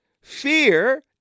Fear